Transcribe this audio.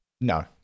No